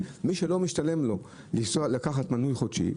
למשל מי שלא משתלם לו לקחת מנוי חודשי,